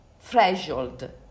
Threshold